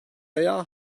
veya